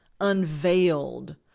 unveiled